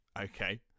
okay